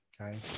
okay